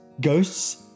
ghosts